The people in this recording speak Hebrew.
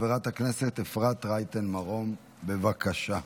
חברת הכנסת אפרת רייטן מרום, בבקשה.